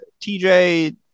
tj